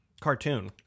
Cartoon